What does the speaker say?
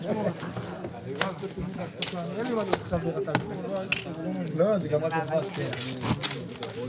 11:56.